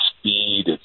speed